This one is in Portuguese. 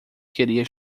queria